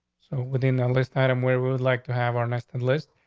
so within the and list item where we would like to have our next and list,